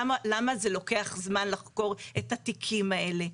למה זה לוקח זמן לחקור את התיקים האלה,